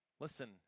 Listen